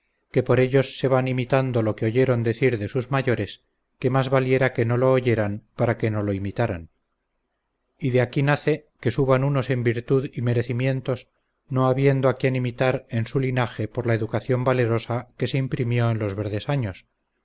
que por ellos se van imitando lo que oyeron decir de sus mayores que más valiera que no lo oyeran para que no lo imitaran y de aquí nace que suban unos en virtud y merecimientos no habiendo a quien imitar en su linaje por la educación valerosa que se imprimió en los verdes años